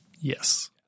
yes